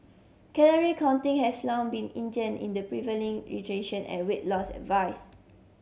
calorie counting has long been ingrain in the prevailing rejection and weight loss advice